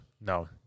No